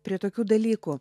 prie tokių dalykų